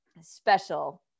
special